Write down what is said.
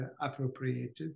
appropriated